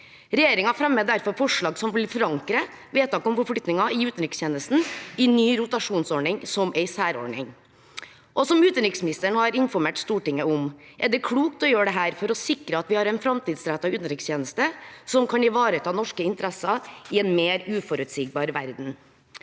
Regjeringen fremmer derfor et forslag som vil forankre vedtak om forflytninger i utenrikstjenesten i ny rotasjonsordning som en særordning. Som utenriksministeren har informert Stortinget om, er det klokt å gjøre dette for å sikre at vi har en framtidsrettet utenrikstjeneste som kan ivareta norske interesser i en mer uforutsigbar verden.